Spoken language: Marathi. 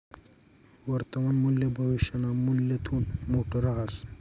वर्तमान मूल्य भविष्यना मूल्यथून मोठं रहास